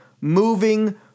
moving